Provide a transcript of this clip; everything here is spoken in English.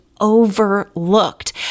overlooked